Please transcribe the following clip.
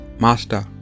Master